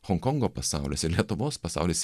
honkongo pasaulis ir lietuvos pasaulis